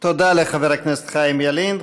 תודה לחבר הכנסת חיים ילין.